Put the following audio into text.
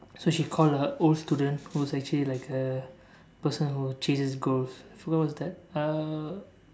so she called her old student who's actually like a person who chases ghosts forgot what's that uh